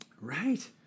Right